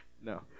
No